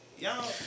Y'all